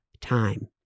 time